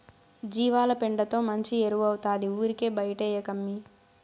జీవాల పెండతో మంచి ఎరువౌతాది ఊరికే బైటేయకమ్మన్నీ